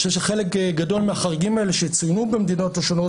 חלק גדול מהחריגים האלה שצוינו במדינות השונות,